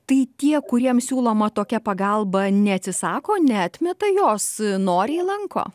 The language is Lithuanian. tai tie kuriem siūloma tokia pagalba neatsisako neatmeta jos noriai lanko